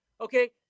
Okay